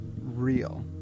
real